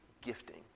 gifting